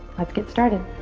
let's get started.